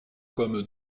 comme